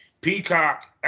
Peacock